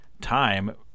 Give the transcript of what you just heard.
time